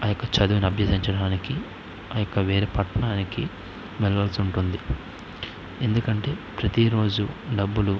ఆయొక్క చదువును అభ్యసించడానికి ఆ యొక్క వేరే పట్టణానికి వెళ్ళవలిసి ఉంటుంది ఎందుకంటే ప్రతీ రోజు డబ్బులు